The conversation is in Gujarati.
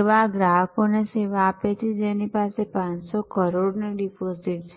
એવા ગ્રાહકને સેવા આપે છે જેની પાસે 500 કરોડની ડિપોઝિટ છે